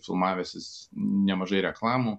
filmavęsis nemažai reklamų